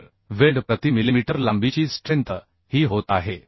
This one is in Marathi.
तर वेल्ड प्रति मिलिमीटर लांबीची स्ट्रेन्थ ही होत आहे